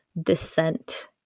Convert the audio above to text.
descent